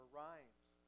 rhymes